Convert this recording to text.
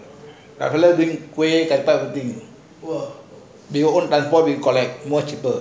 three kuih if you got your more cheaper